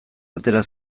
atera